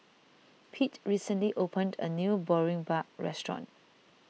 Pete recently opened a new Boribap restaurant